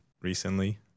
recently